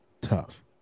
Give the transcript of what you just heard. Tough